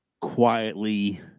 quietly